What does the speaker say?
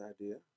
idea